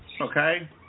Okay